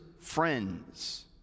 friends